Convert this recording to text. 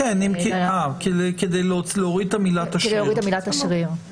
כדי להוריד את המילה תשריר.